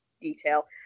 detail